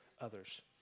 others